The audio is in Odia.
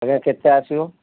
ଆଜ୍ଞା କେତେ ଆସିବ